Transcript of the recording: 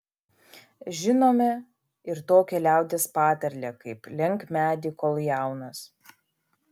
žinome ir tokią liaudies patarlę kaip lenk medį kol jaunas